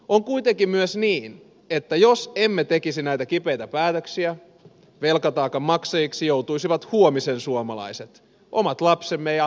on kuitenkin myös niin että jos emme tekisi näitä kipeitä päätöksiä velkataakan maksajiksi joutuisivat huomisen suomalaiset omat lapsemme ja lastenlapsemme